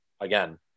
again